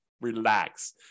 relax